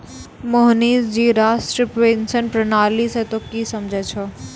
मोहनीश जी राष्ट्रीय पेंशन प्रणाली से तोंय की समझै छौं